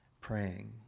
praying